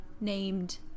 named